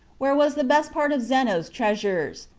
where was the best part of zeno's treasures,